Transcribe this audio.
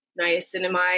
niacinamide